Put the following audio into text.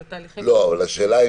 זה תהליכים --- השאלה אם